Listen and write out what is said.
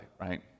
right